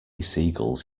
seagulls